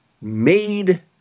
made